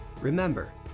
Remember